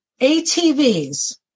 ATVs